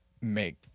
make